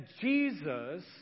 Jesus